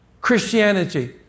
Christianity